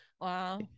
wow